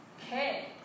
Okay